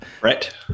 right